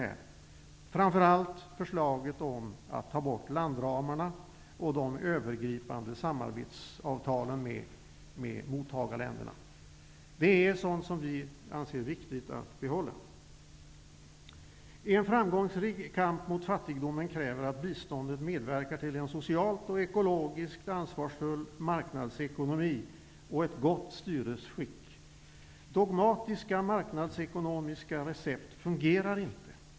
Det gäller framför allt förslaget att ta bort landramarna och de övergripande samarbetsavtalen med mottagarländerna. Vi anser att det är viktigt att behålla detta. En framgångsrik kamp mot fattigdomen kräver att biståndet medverkar till en socialt och ekologiskt ansvarsfull marknadsekonomi och ett gott styresskick. Dogmatiska marknadsekonomiska recept fungerar inte.